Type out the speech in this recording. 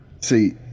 see